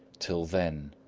till then,